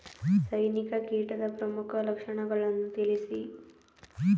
ಸೈನಿಕ ಕೀಟದ ಪ್ರಮುಖ ಲಕ್ಷಣಗಳನ್ನು ತಿಳಿಸಿ?